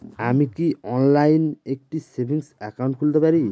আমি কি অনলাইন একটি সেভিংস একাউন্ট খুলতে পারি?